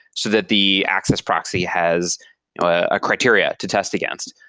so that the access proxy has a criteria to test against.